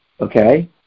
Okay